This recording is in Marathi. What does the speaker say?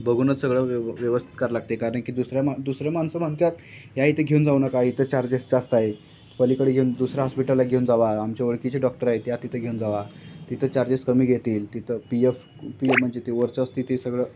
बघूनच सगळं व्यव व्यवस्थित करा लागते कारण की दुसऱ्या मा दुसऱ्या माणसं म्हणतात ह्या इथं घेऊन जाऊ नका इथं चार्जेस जास्त आहे पलीकडे घेऊन दुसऱ्या हॉस्पिटला घेऊन जावा आमच्या ओळखीचे डॉक्टर आहेत त्या तिथं घेऊन जावा तिथं चार्जेस कमी घेतील तिथं पी एफ पी ए म्हणजे ते वरचं असते ते सगळं